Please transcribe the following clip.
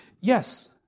yes